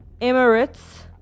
Emirates